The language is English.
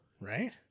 Right